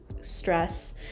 stress